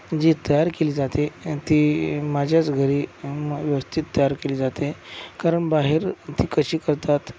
जी तयार केली जाते ती माझ्याच घरी व्यवस्थित तयार केली जाते कारण बाहेर ती कशी करतात